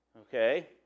Okay